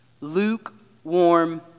lukewarm